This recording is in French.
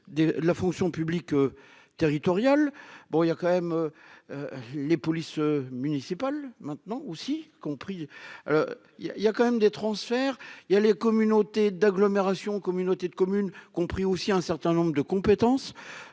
la fonction publique territoriale, bon il y a quand même les polices municipales maintenant aussi compris il y a, il y a quand même des transferts, il y a les communautés d'agglomérations, communautés de communes compris aussi un certain nombre de compétences,